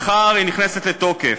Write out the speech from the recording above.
מחר היא נכנסת לתוקף,